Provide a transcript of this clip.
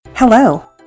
Hello